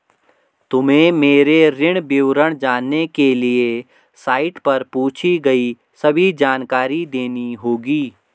तुम्हें मेरे ऋण विवरण जानने के लिए साइट पर पूछी गई सभी जानकारी देनी होगी